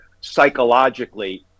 psychologically